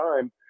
time